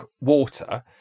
water